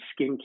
skincare